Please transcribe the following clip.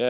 får